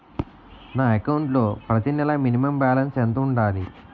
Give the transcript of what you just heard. నా అకౌంట్ లో ప్రతి నెల మినిమం బాలన్స్ ఎంత ఉండాలి?